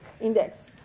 index